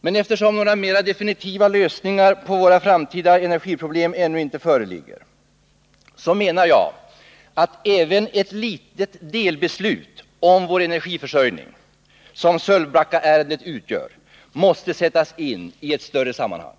Men eftersom några mera definitiva lösningar av våra framtida energiproblem ännu inte föreligger, menar jag att även ett litet delbeslut om vår energiförsörjning, som Sölvbackaärendet utgör, måste sättas in i ett större sammanhang.